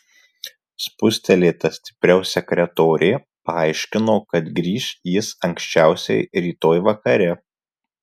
spustelėta stipriau sekretorė paaiškino kad grįš jis anksčiausiai rytoj vakare